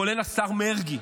כולל השר מרגי,